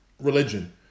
religion